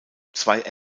zwei